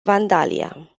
vandalia